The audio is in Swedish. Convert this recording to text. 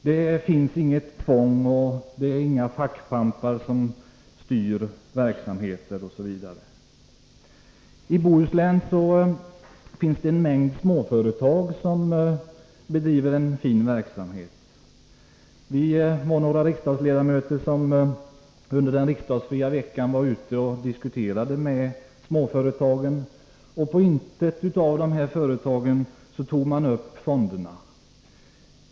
Det finns inget tvång, det är inga fackpampar som styr verksamheter osv. I Bohuslän finns det en mängd små företag som bedriver en fin verksamhet. Vi var några riksdagsledamöter som under den plenifria veckan var ute och diskuterade med företrädare för småföretagen, och på intet av dem tog man upp fonderna.